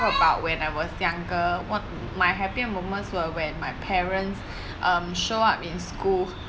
what about when I was younger what my happiest moments were when my parents um show up in school